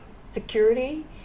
security